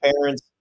parents